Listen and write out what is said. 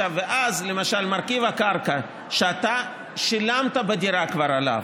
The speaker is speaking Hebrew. ואז למשל מרכיב הקרקע, שאתה כבר שילמת עליו